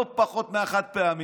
לא פחות מהחד-פעמי?